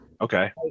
okay